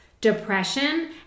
depression